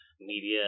media